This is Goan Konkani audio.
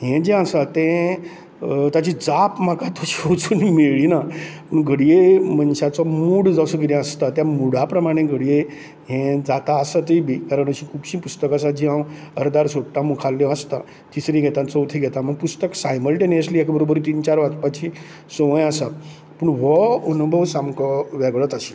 हें जें आसा तें ताची जाप म्हाका तशी अजून मेळ्ळी ना पूण घडये मनशाचो मूड जसो कितें आसता त्या मुडा प्रामाणे घडये हें जाता आसतय बी कारण अशीं खुबशीं पुस्तका आसा जीं हांव अर्दार सोडटा मुखावयली वाचता तिसरी घेता चवथी घेता मागीर पुस्तक सायमलटेनियसली एका बरोबर तीन चार वाचपाची संवय आसा पूण हो अनूभव सामको वेगळोच आशिल्लो